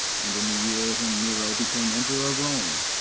and in the year when nero became emperor of rome,